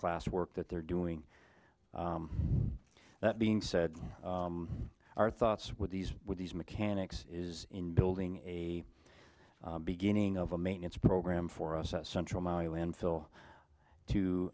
class work that they're doing that being said our thoughts with these with these mechanics is in building a beginning of a maintenance program for us central maui landfill to